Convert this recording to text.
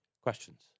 questions